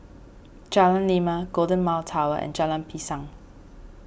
Jalan Lima Golden Mile Tower Jalan Pisang